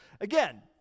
Again